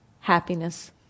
happiness